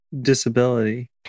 disability